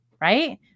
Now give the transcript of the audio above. right